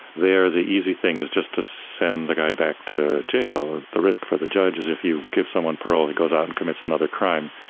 there the easy thing is just to send the guy back to jail. the risk for the judge is if you give someone parole, he goes out and commits another crime,